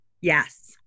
Yes